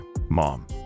Mom